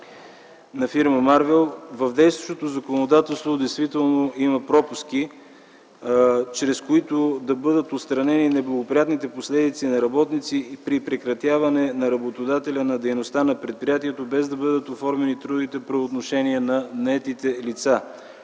на фирма „Марвел” в действащото законодателство има пропуски, чрез които да бъдат отстранени неблагоприятните последици за работници при прекратяване от работодателя на дейността на предприятието, без да бъдат оформени трудовите правоотношения на наетите лица.